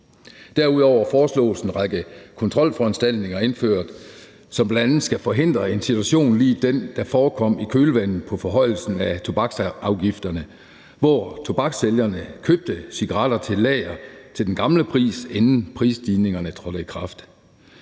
Derudover foreslås en række kontrolforanstaltninger indført, som bl.a. skal forhindre en situation lig den, der forekom i kølvandet på forhøjelsen af tobaksafgifterne, hvor tobaksælgerne købte cigaretter til deres lagre til den gamle pris, inden prisstigningerne trådte i kraft.